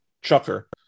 chucker